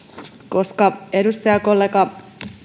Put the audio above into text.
koska edustajakollega